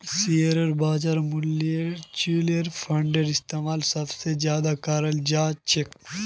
share बाजारत mutual फंडेर इस्तेमाल सबसे ज्यादा कराल जा छे